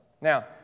Now